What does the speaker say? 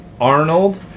Arnold